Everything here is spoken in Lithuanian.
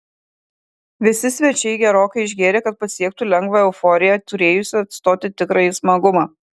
visi svečiai gerokai išgėrė kad pasiektų lengvą euforiją turėjusią atstoti tikrąjį smagumą